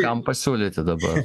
kam pasiūlyti dabar